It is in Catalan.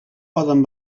poden